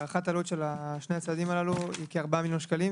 הערכת העלות של שני הצעדים הללו היא כארבעה מיליון שקלים,